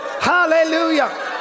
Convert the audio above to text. hallelujah